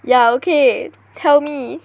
ya okay tell me